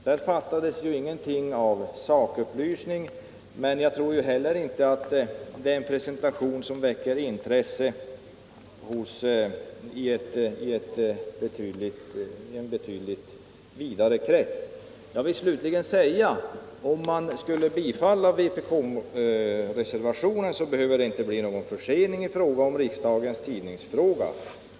Där fattas ingenting i sakupplysning, men jag tror inte att presentationen väcker intresse i någon vidare krets. Jag vill slutligen framhålla att det vid ett bifall till vpk-reservationen inte behöver bli någon försening av riksdagens tidningsfråga.